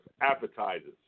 appetizers